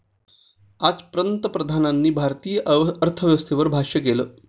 आज पंतप्रधानांनी भारतीय अर्थव्यवस्थेवर भाष्य केलं